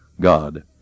God